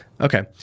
Okay